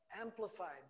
amplified